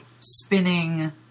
spinning